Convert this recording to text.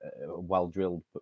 well-drilled